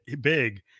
big